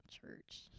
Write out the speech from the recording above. church